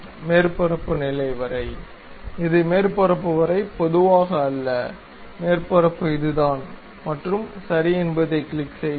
மேற்பரப்பு நிலை வரை இது மேற்பரப்பு வரை பொதுவாக அல்ல மேற்பரப்பு இதுதான் மற்றும் சரி என்பதைக் கிளிக் செய்கிறது